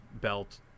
belt